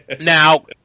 Now